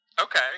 Okay